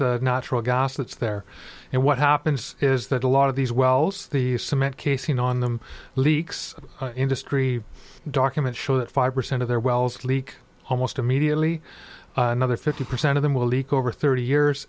that's there and what happens is that a lot of these wells the cement casing on them leaks industry documents show that five percent of their wells leak almost immediately another fifty percent of them will leak over thirty years